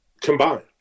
combined